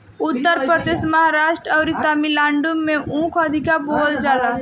उत्तर प्रदेश, महाराष्ट्र अउरी तमिलनाडु में ऊख अधिका बोअल जाला